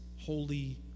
holy